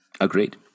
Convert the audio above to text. Agreed